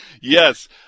yes